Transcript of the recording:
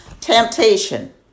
Temptation